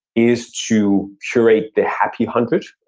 is to curate the happy hundred.